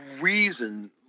reason